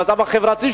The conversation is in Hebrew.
המצב החברתי,